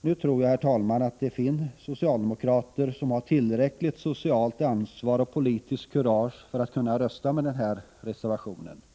Nu tror jag, herr talman, att det finns socialdemokrater som har tillräckligt socialt ansvar och politiskt kurage för att rösta för reservationen i fråga.